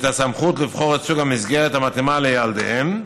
הסמכות לבחור את סוג המסגרת המתאימה לילדיהם.